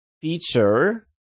feature